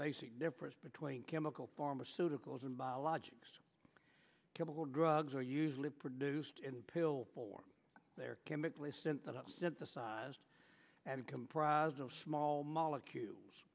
basic difference between chemical pharmaceuticals and biologics chemical drugs are usually produced in pill form their chemically sent up synthesised and comprised of small molecules